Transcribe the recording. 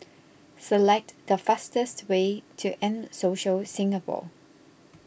select the fastest way to M Social Singapore